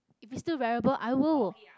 if it's still wearable i will